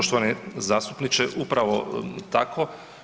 Poštovani zastupniče upravo tako.